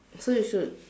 so you should